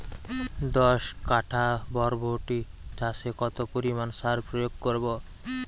দশ কাঠা বরবটি চাষে কত পরিমাণ সার প্রয়োগ করব?